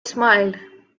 smiled